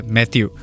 Matthew